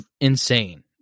insane